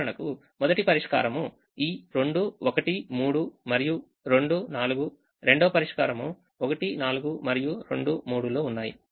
ఉదాహరణకు మొదటి పరిష్కారం ఈ 2 1 3 మరియు 2 4 రెండవ పరిష్కారం 1 4 మరియు 2 3 లో ఉన్నాయి